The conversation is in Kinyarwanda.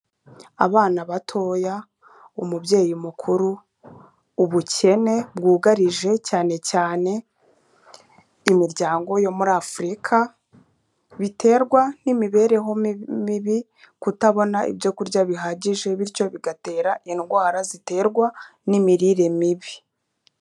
Abana batoya, umubyeyi mukuru, ubukene bwugarije cyane cyane, imiryango yo muri Afurika; biterwa n'imibereho mibi, kutabona ibyo kurya bihagije, bityo bigatera indwara ziterwa n'imirire mibi.